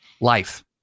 Life